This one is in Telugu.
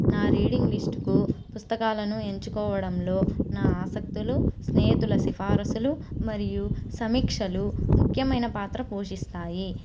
నా రీడింగ్ లిస్టుకు పుస్తకాలను ఎంచుకోవడంలో నా ఆసక్తులు స్నేహితుల సిఫారసులు మరియు సమీక్షలు ముఖ్యమైన పాత్ర పోషిస్తాయి